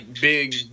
big